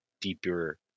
deeper